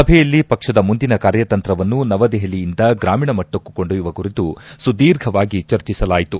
ಸಭೆಯಲ್ಲಿ ಪಕ್ಷದ ಮುಂದಿನ ಕಾರ್ಯತಂತ್ರವನ್ನು ನವದೆಹಲಿಯಿಂದ ಗ್ರಾಮೀಣ ಮಟ್ಟಕ್ಕೂ ಕೊಂಡೊಯ್ಲುವ ಕುರಿತು ಸುಧೀರ್ಘವಾಗಿ ಚರ್ಚಿಸಲಾಯಿತು